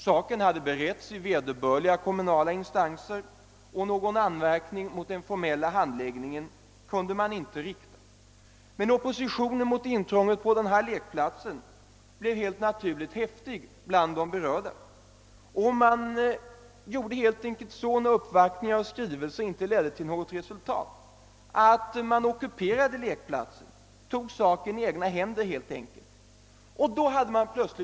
Saken hade beretts i vederbörliga kommunala instanser, och någon anmärkning mot den formella behandlingen kunde man inte rikta. Men oppositionen mot intrånget på denna lekplats blev helt naturligt häftig bland de berörda. När uppvaktningar och skrivelser inte ledde till något resultat ockuperade man lekplatsen; man tog helt enkelt saken i egna händer.